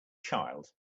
child